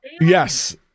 Yes